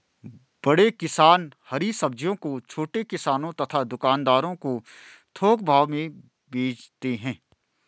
बड़े किसान हरी सब्जियों को छोटे किसानों तथा दुकानदारों को थोक भाव में भेजते भी हैं